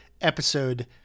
Episode